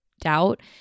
doubt